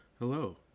Hello